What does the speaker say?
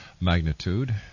magnitude